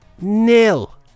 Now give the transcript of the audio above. Nil